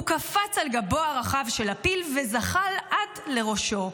הוא קפץ על גבו הרחב של הפיל וזחל עד לראשו.